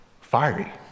fiery